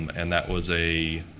and that was a.